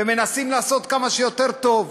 ומנסים לעשות כמה שיותר טוב.